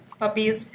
puppies